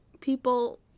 people